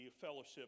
fellowship